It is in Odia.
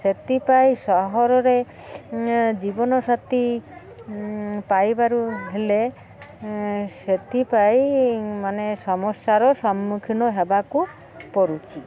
ସେଥିପାଇଁ ସହରରେ ଜୀବନ ସାାଥି ପାଇବାରୁ ହେଲେ ସେଥିପାଇଁ ମାନେ ସମସ୍ୟାର ସମ୍ମୁଖୀନ ହେବାକୁ ପଡ଼ୁଛି